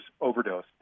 overdose